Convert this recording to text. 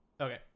okay